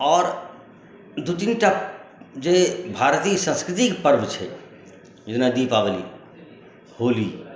आओर दू तीन टा जे भारतीय संस्कृतिके पर्व छै जेना दीपावली होली